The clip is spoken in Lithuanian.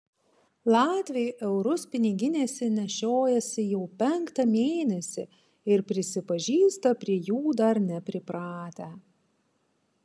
latviai eurus piniginėse nešiojasi jau penktą mėnesį ir prisipažįsta prie jų dar nepripratę